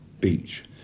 beach